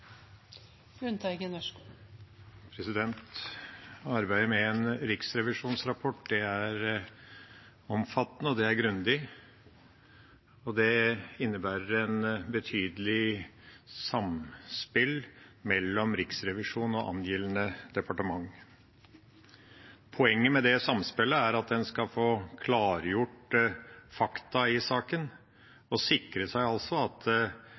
omfattende og grundig, og det innebærer et betydelig samspill mellom Riksrevisjonen og angjeldende departement. Poenget med samspillet er at man skal få klargjort fakta i saken og sikre seg at Riksrevisjonens konklusjoner ikke er misforstått i forhold til det som er departementets beste oppfatning. Det er altså